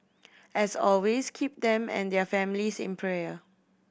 as always keep them and their families in prayer